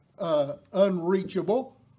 unreachable